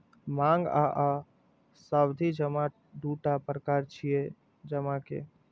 मांग आ सावधि जमा दूटा प्रकार छियै जमा के